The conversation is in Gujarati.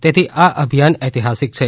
તેથી આ અભિયાન ઐતિહાસીક છે